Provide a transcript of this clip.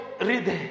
read